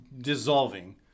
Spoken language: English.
dissolving